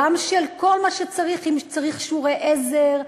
גם של כל מה שצריך, אם צריך שיעורי עזר,